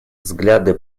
взгляды